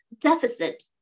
deficit